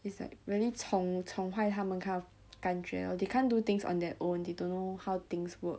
it's like really 宠宠坏他们 kind of 感觉 they can't do things on their own they don't know how things work